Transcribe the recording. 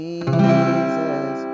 Jesus